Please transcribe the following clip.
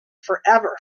forever